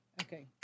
Okay